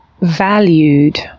valued